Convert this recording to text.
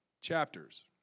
chapters